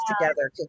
together